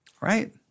Right